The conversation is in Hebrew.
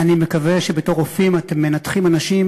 אני מקווה שבתור רופאים אתם מנתחים אנשים